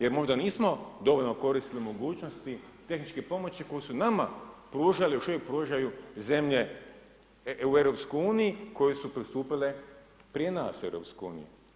Jer možda nismo dovoljno koristili mogućnosti tehničke pomoći, koji su nama, pružali i još uvijek pružaju zemlje u EU, koje su pristupile prije nas u EU.